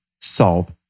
solve